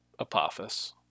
Apophis